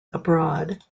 abroad